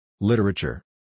Literature